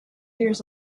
years